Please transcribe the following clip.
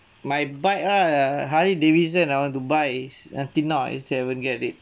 my bike ah harley davidson I want to buys until now I still haven't get it